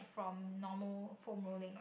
from normal foam rolling right